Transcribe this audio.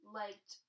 liked